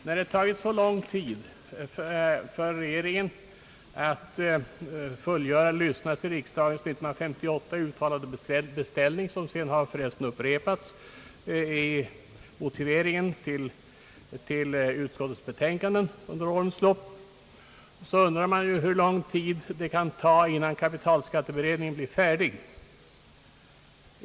När det har tagit så lång tid för regeringen att effektuera riksdagens år 1958 uttalade beställning — som för övrigt har upprepats i motiveringen till utskottets betänkanden under årens lopp — undrar man hur lång tid det kan ta innan kapitalskatteberedningen blir färdig.